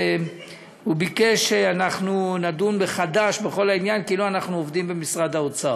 והוא ביקש שנדון מחדש בכל העניין כאילו אנחנו עובדים במשרד האוצר.